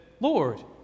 Lord